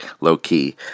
low-key